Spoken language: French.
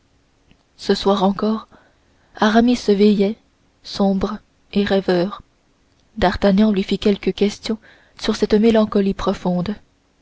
ce soir encore aramis veillait sombre et rêveur d'artagnan lui fit quelques questions sur cette mélancolie profonde